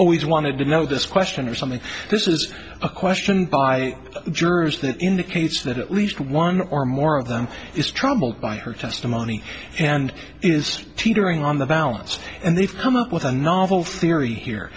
always wanted to know this question or something this is a question by jurors that indicates that at least one or more of them is troubled by her testimony and is teetering on the balance and they've come up with a novel theory here